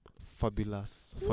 fabulous